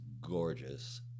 gorgeous